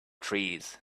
trees